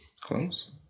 Close